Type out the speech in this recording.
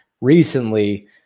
recently